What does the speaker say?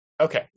okay